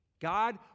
God